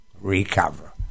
recover